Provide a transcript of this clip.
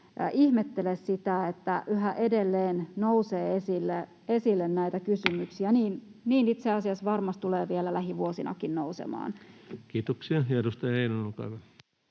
ihmettele sitä, että yhä edelleen nousee esille näitä kysymyksiä, itse asiassa niin varmasti tulee vielä lähivuosinakin nousemaan. Kiitoksia.